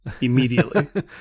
immediately